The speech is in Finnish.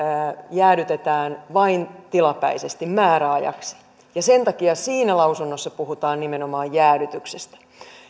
jäädytetään vain tilapäisesti määräajaksi ja sen takia siinä lausunnossa puhutaan nimenomaan jäädytyksestä